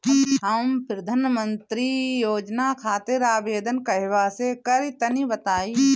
हम प्रधनमंत्री योजना खातिर आवेदन कहवा से करि तनि बताईं?